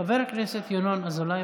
חבר הכנסת ינון אזולאי,